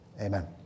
Amen